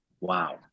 Wow